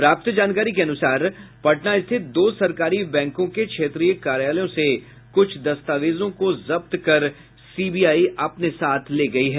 प्राप्त जानकारी के अनुसार पटना स्थित दो सरकारी बैंकों के क्षेत्रीय कार्यालयों से क्छ दस्तावेजों को जब्त कर सीबीआई अपने साथ ले गयी है